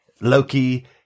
Loki